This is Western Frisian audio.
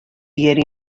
hjir